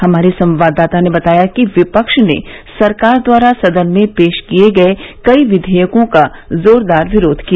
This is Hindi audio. हमारे संवाददाता ने बताया है कि विपक्ष ने सरकार द्वारा सदन में पेश किए गए कई विघेयकों का जोरदार विरोध किया